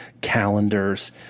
calendars